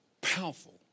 powerful